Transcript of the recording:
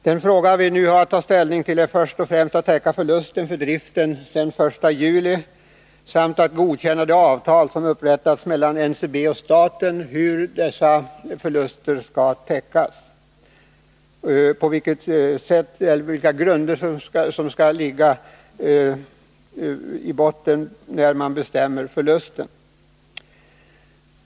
Den fråga vi nu har att ta ställning till gäller först och främst täckandet av förlusten för driften sedan den 1 juli samt godkännande av det avtal som upprättats mellan NCB och staten om grunderna för fastställandet av förlusten.